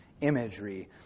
imagery